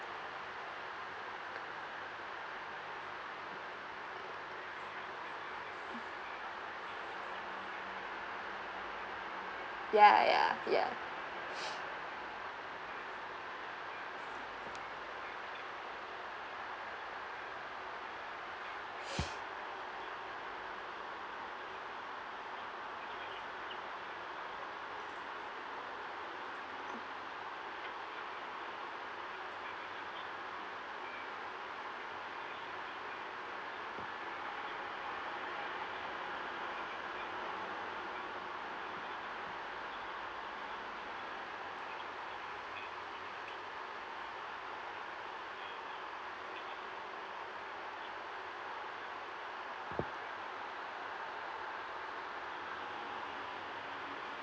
ya ya ya